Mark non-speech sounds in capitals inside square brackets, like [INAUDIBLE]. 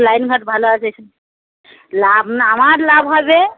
line ঘাট ভালো আছে [UNINTELLIGIBLE] লাভ না আমার লাভ হবে